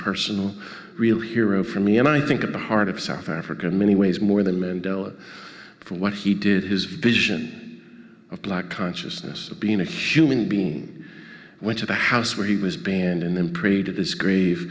personal real hero for me and i think about heart of south africa in many ways more than mandela for what he did his vision of black consciousness of being a human being went to the house where he was banned and then prayed at this grave